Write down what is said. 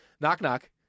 Knock-knock